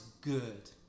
good